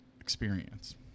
experience